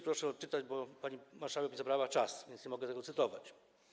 Proszę przeczytać, bo pani marszałek mi zabrała czas, więc nie mogę tego cytować.